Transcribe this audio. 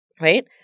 right